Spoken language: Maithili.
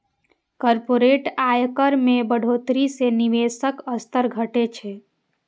कॉरपोरेट आयकर मे बढ़ोतरी सं निवेशक स्तर घटै छै